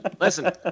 listen